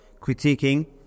critiquing